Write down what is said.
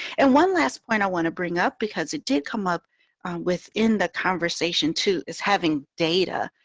and one last point i want to bring up because it did come up within the conversation to is having data.